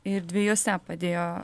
ir dviejuose padėjo